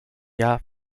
jahr